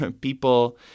people